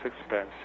expense